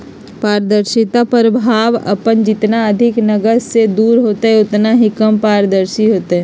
पारदर्शिता प्रभाव अपन जितना अधिक नकद से दूर होतय उतना ही कम पारदर्शी होतय